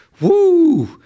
Woo